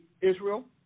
Israel